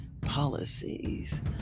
policies